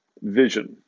vision